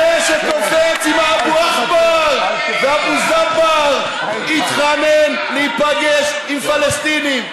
זה שקופץ עם האבו עכבר והאבו זבאר התחנן להיפגש עם פלסטינים.